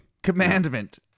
commandment